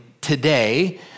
today